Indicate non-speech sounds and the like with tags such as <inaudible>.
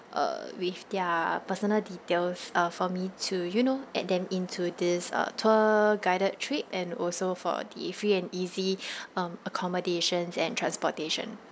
uh with their personal details uh for me to you know add them into this uh tour guided trip and also for the free and easy <breath> um accommodations and transportation